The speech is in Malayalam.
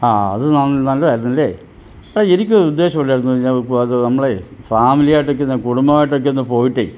ആ അത് ന നല്ലതായിരുന്നല്ലേ ഡാ എനിക്ക് ഒരുദ്ദേശ്യമുണ്ടായിരുന്നു ഞ അത് നമ്മളെ ഫാമിലിയായിട്ടൊക്കെ കുടുംബമായിട്ടൊക്കെ ഒന്ന് പോയിട്ടേ